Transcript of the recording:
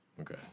okay